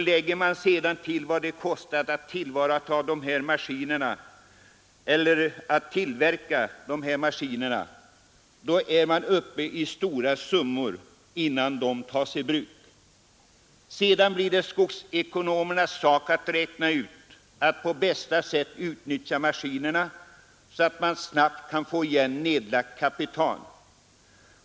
Lägger man sedan till vad det kostar att tillverka maskinerna, då är man uppe i stora summor, innan dessa tas i bruk. Sedan blir det skogsekonomernas sak att räkna ut hur man på bästa sätt skall kunna utnyttja maskinerna för att snabbt få igen nedlagt kapital.